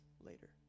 later